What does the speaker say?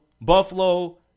Buffalo